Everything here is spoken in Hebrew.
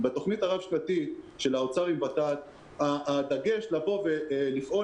בתוכנית הרב-שנתית של האוצר עם ות"ת הדגש לבוא ולפעול